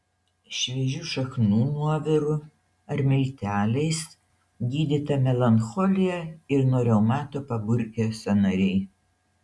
šviežių šaknų nuoviru ar milteliais gydyta melancholija ir nuo reumato paburkę sąnariai